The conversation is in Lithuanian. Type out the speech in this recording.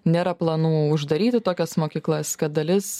nėra planų uždaryti tokias mokyklas kad dalis